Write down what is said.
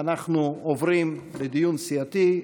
אנחנו עוברים לדיון סיעתי.